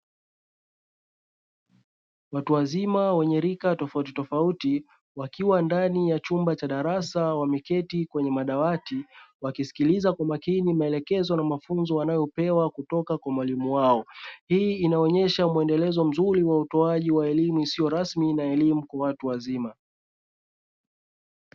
Watu wazima wenye rika tofautitofauti wakiwa ndani ya chumba cha darasa wameketi kwenye madawati wakisikiliza kwa makini maelekezo na mafunzo wanayopewa kutoka kwa mwalimu wao, hii inaonyesha mwendelezo mzuri wa utoaji wa elimu isiyo rasmi na elimu kwa watu wazima.